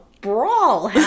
brawl